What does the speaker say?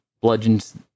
bludgeons